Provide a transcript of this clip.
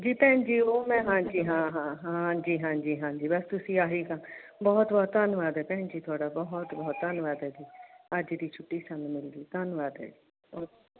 ਜੀ ਭੈਣ ਜੀ ਉਹ ਮੈਂ ਹਾਂਜੀ ਹਾਂ ਹਾਂ ਹਾਂਜੀ ਹਾਂਜੀ ਹਾਂਜੀ ਬਸ ਤੁਸੀਂ ਆਹੀ ਤਾਂ ਬਹੁਤ ਬਹੁਤ ਧੰਨਵਾਦ ਹੈ ਭੈਣ ਜੀ ਤੁਹਾਡਾ ਬਹੁਤ ਬਹੁਤ ਧੰਨਵਾਦ ਹੈ ਜੀ ਅੱਜ ਦੀ ਛੁੱਟੀ ਸਾਨੂੰ ਮਿਲ ਗਈ ਧੰਨਵਾਦ ਹੈ ਜੀ ਓ